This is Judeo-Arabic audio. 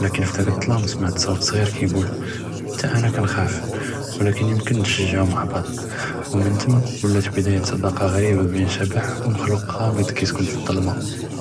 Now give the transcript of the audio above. ולאכן פי דאכּ א־לדלמא סמַע סות סג'יר כיגול חתה אנא כנכּאף, ולאכן יומכן נתשג'עו מע בעצ', ומן תם וلات בדאיית צדאקה ע'ריבה בין א־שבח' ומכלוק ע'אמץ יסכן פי א־לד'למא.